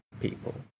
people